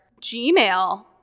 Gmail